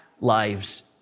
Lives